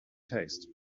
taste